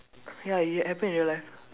ya it happen in real life